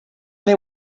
they